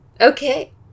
okay